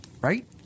Right